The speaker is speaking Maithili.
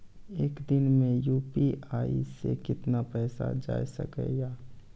एक दिन मे यु.पी.आई से कितना पैसा जाय सके या?